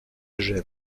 gênes